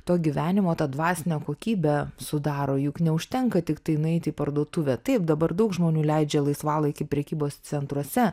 to gyvenimo tą dvasinę kokybę sudaro juk neužtenka tiktai nueiti į parduotuvę taip dabar daug žmonių leidžia laisvalaikį prekybos centruose